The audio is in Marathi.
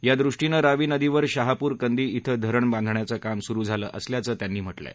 त्या दृष्टीनं रावी नदीवर शाहपूर कंदी इथं धरण बांधण्याचं काम सुरु झालं असल्याचं त्यांनी म्हटलं आहे